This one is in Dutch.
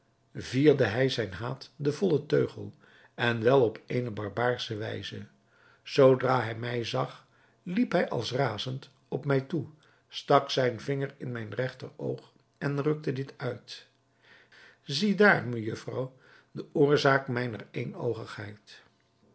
vierde hij zijn haat den vollen teugel en wel op eene barbaarsche wijze zoodra hij mij zag liep hij als razend op mij toe stak zijn vinger in mijn rechteroog en rukte dit uit zie daar mejufvrouw de oorzaak mijner